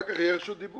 אחר כך תהיה רשות דיבור.